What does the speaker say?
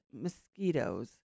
mosquitoes